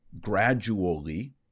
gradually